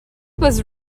was